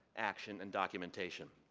action and documentation.